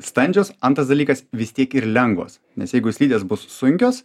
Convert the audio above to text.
standžios antras dalykas vis tiek ir lengvos nes jeigu slidės bus sunkios